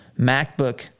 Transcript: MacBook